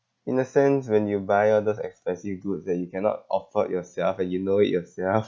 in a sense when you buy all those expensive goods that you cannot afford yourself and you know it yourself